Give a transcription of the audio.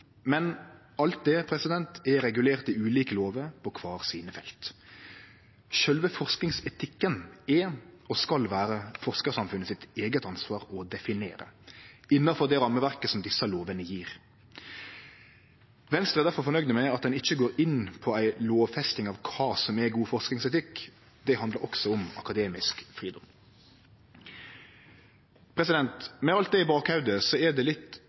Men alt dette er regulert i ulike lover på kvar sine felt. Sjølve forskingsetikken er og skal vere forskarsamfunnet sitt eige ansvar å definere, innanfor det rammeverket som desse lovene gjev. Venstre er difor fornøgd med at ein ikkje går inn på ei lovfesting av kva som er god forskingsetikk. Det handlar også om akademisk fridom. Med alt dette i bakhovudet er det litt